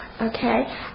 Okay